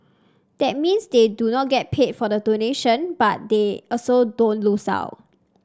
that means they do not get paid for the donation but they also don't lose out